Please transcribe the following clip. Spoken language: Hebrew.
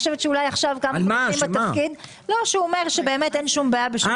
הצבעה הרוויזיה לא נתקבלה הרוויזיה לא התקבלה.